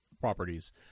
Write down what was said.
properties